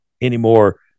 anymore